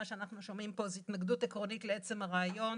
מה שאנחנו שומעים פה זה התנגדות עקרונית לעצם הרעיון